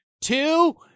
two